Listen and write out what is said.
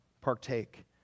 partake